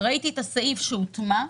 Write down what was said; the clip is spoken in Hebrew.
ואת הסעיף שהוטמע.